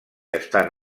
estan